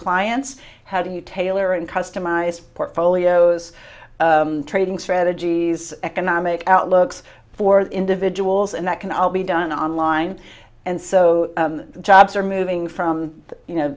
clients how do you tailor and customize portfolios trading strategies economic outlooks for individuals and that can all be done online and so jobs are moving from you know